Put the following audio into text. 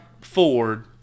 Ford